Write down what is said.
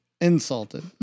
insulted